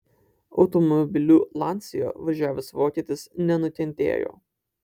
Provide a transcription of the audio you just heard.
automobiliu lancia važiavęs vokietis nenukentėjo